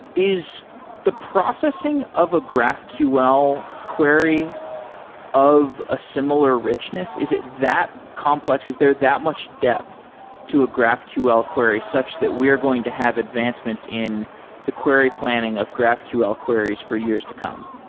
is the processing of a graphql query of a similar richness, is it that complex? is there that much depth to a graphql query such that we are going to have advancements in the query planning of graphql queries for years to come?